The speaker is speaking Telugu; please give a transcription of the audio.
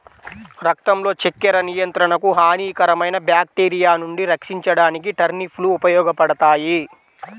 రక్తంలో చక్కెర నియంత్రణకు, హానికరమైన బ్యాక్టీరియా నుండి రక్షించడానికి టర్నిప్ లు ఉపయోగపడతాయి